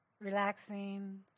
relaxing